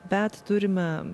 bet turime